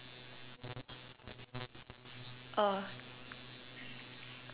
uh